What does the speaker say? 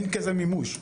אין כזה מימוש,